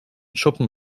schuppen